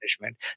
management